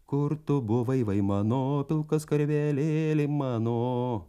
kur tu buvai vai mano pilkas karvelėli mano